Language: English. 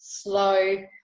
slow